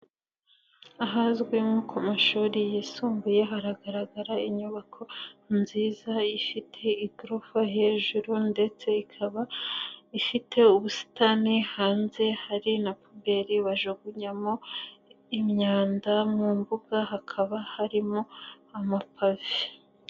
Ahazwi nko ku mashuri yisumbuye hagaragara inyubako nziza ifite igorofa hejuru ndetse ikaba ifite ubusitani hanze hari na pubele bajugunyamo imyanda mu mbuga hakaba harimo amapave.